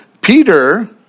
Peter